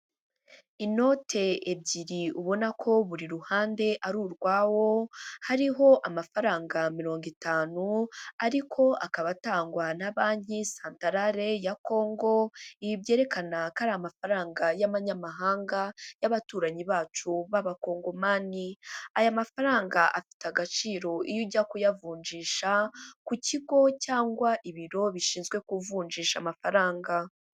Inote ebyiri ubona ko buri ruhande ari urwawo, hariho amafaranga mirongo itanu, ariko akaba atangwa na banki Santarare ya Kongo, ibi byerekana ko ari amafaranga y'amanyamahanga y'abaturanyi bacu b'abakongomani. Aya mafaranga afite agaciro iyo ujya kuyavunjisha, ku kigo cyangwa ibiro bishinzwe kuvunjisha amafaranga.